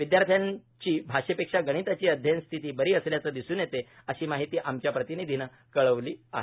विद्यार्थ्यांची भाषेपेक्षा गणिताची अध्ययन स्थिती बरी असल्याचे दिसून येते अशी माहिती आमच्या प्रतिनिधीने कळविली आहे